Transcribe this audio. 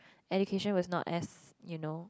education was not as you know